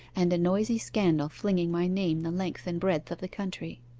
and a noisy scandal flinging my name the length and breadth of the country.